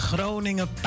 Groningen